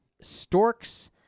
storks